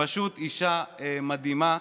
היא פשוט אישה מדהימה.